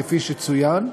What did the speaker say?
כפי שצוין,